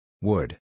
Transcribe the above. Wood